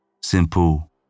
Simple